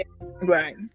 Right